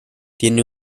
tiene